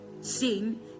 sin